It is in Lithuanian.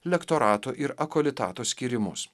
lektorato ir akolitato skyrimus